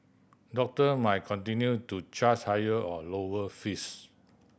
doctor may continue to chars higher or lower fees